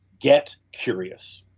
get curious.